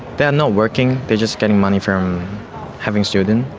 they're not working, they're just getting money from having students,